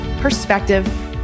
perspective